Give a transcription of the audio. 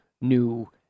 new